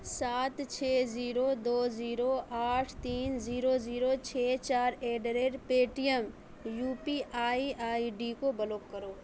سات چھ زیرو دو زیرو آٹھ تین زیرو زیرو چھ چار at the rate Paytm U P I I D کو بلاک کرو